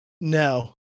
No